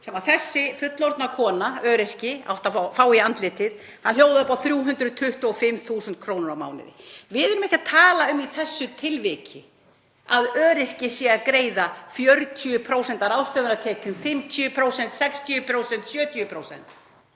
þessi fullorðna kona, öryrki, átti að fá í andlitið, hljóðaði því upp á 325.000 kr. á mánuði. Við erum ekki að tala um í þessu tilviki að öryrki sé að greiða 40% af ráðstöfunartekjum eða 50%, 60%, 70%,